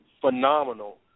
phenomenal